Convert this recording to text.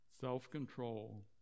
self-control